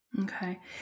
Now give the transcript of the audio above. Okay